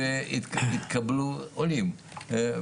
עולים חדשים,